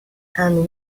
and